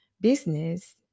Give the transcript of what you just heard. business